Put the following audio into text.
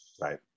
Right